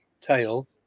tail